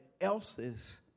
else's